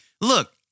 Look